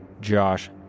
Josh